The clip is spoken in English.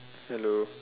hello